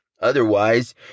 Otherwise